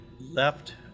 left